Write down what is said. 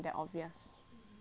mm so I quite